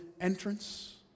entrance